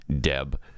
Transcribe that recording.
Deb